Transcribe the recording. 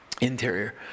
interior